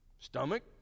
Stomach